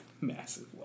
massive